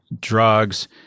drugs